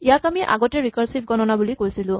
ইয়াক আমি আগতে ৰিকাৰছিভ গণনা বুলি কৈছিলো